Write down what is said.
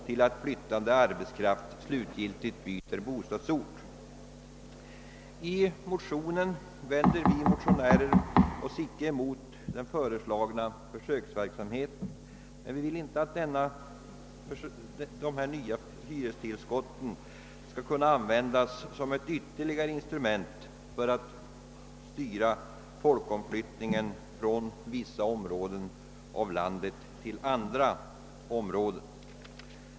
Vi motionärer vände oss i motionen inte mot den föreslagna försöksverksamheten, men vi vill inte att de nya hyrestillskotten skall kunna användas som ytterligare ett instrument för att styra folkomflyttningen från vissa områden av landet till andra områden.